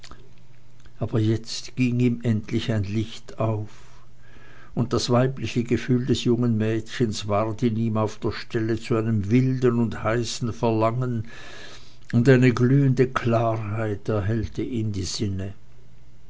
aber jetzt ging ihm endlich ein licht auf und das weibliche gefühl des jungen mädchens ward in ihm auf der stelle zu einem wilden und heißen verlangen und eine glühende klarheit erhellte ihm die sinne